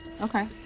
Okay